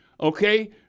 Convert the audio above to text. Okay